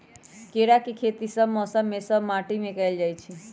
केराके खेती सभ मौसम में सभ माटि में कएल जाइ छै